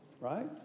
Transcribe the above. Right